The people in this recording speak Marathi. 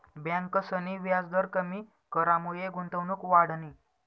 ब्यांकसनी व्याजदर कमी करामुये गुंतवणूक वाढनी